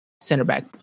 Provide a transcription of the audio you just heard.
center-back